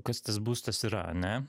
kas tas būstas yra ane